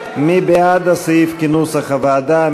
מי בעד הסעיף כנוסח הוועדה?